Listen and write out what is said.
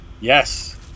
yes